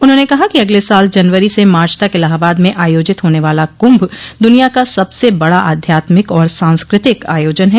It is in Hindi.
उन्होंने कहा कि अगले साल जनवरी से मार्च तक इलाहाबाद में आयोजित होने वाला कुंभ दुनिया का सबसे बड़ा आध्यात्मिक और सांस्कृतिक आयोजन है